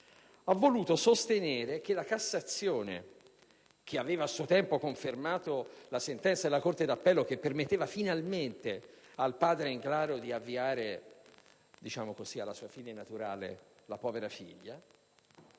ha voluto sostenere che la Cassazione, avendo a suo tempo confermato la sentenza della corte d'appello (che permetteva finalmente al padre di Eluana Englaro di avviare alla sua fine naturale la povera figlia),